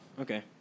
okay